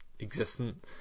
existent